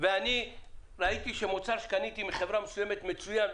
ואני ראיתי שמוצר שקניתי מחברה מסוימת מצוין,